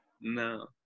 no